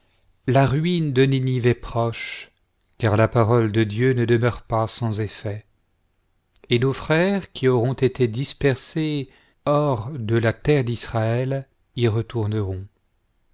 la ruine de ninive est proche car la parole de dieu ne demeure pas sans effet et nos fi-ères qui auront été dispersés hors de la terre d'israël y retourneront